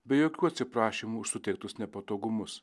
be jokių atsiprašymų už suteiktus nepatogumus